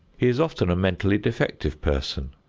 he is often a mentally defective person.